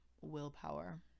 willpower